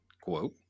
quote